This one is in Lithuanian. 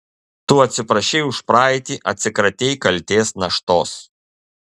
tu atsiprašei už praeitį atsikratei kaltės naštos